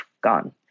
gone